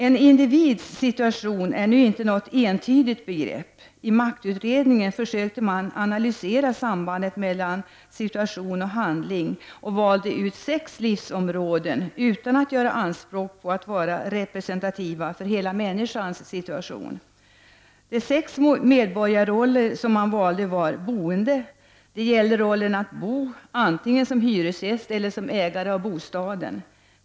En individs situation är inte något entydigt begrepp. I maktutredningen försökte man analysera sambandet mellan situation och handling. Man valde ut sex livsområden, utan att göra anspråk på att dessa skulle vara representativa för hela människans situation. De sex medborgarroller man valde var: Boende: det gäller rollen att bo, antingen som hyresgäst eller som ägare av bostaden.